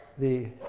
the